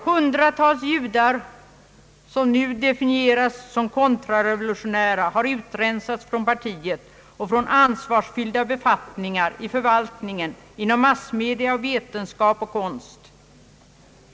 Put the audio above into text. Hundratals judar, som nu definieras som kontrarevolutionära, har utrensats från partiet och från ansvarsfyllda befattningar i förvaltningen, inom massmedia och vetenskap och konst.